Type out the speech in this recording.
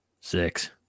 Six